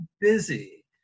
busy